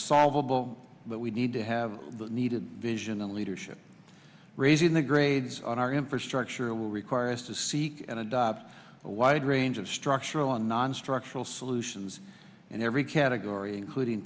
solvable but we need to have the needed vision and leadership raising the grades on our infrastructure will require us to seek and adopt a wide range of structural and nonstructural solutions in every category including